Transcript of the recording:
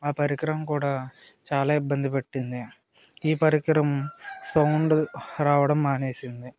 ఆ పరికరం కూడా చాలా ఇబ్బంది పెట్టింది ఈ పరికరం సౌండ్ రావడం మానేసింది